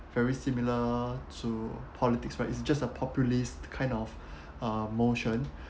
very similar to politics but it's just a populist kind of uh motion